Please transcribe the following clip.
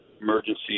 emergency